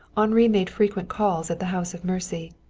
henri made frequent calls at the house of mercy.